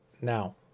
now